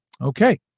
okay